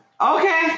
Okay